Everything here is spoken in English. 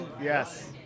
Yes